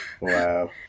Wow